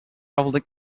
travelled